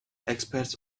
experts